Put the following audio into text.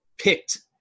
picked